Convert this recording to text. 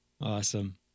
Awesome